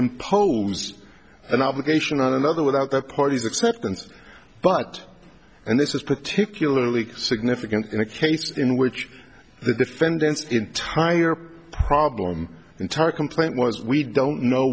impose an obligation on another without the parties acceptance but and this is particularly significant in a case in which the defendants entire problem entire complaint was we don't know